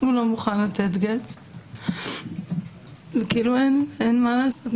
הוא לא מוכן לתת גט ואין מה לעשות.